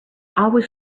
always